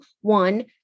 one